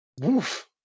Woof